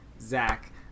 Zach